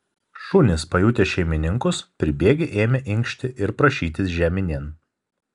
šunys pajutę šeimininkus pribėgę ėmė inkšti ir prašytis žeminėn